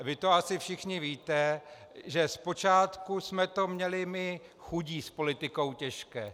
Vy to asi všichni víte, že zpočátku jsme to měli my chudí s politikou těžké.